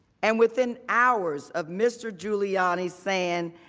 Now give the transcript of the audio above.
and within hours of mr. giuliani saying,